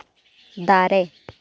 ᱫᱟᱨᱮ